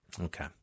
Okay